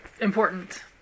important